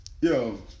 Yo